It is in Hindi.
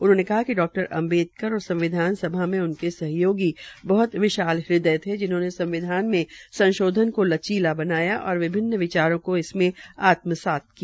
उन्होंने कहा कि डॉ अम्बेडकर और संविधान सभा में उनके सहयोगी बहृत विशाल हद्वय थे जिन्होंने संविधान में संशोधन को लचीला बनाया और विभिन्न विचारों को इसमें आत्मसात किया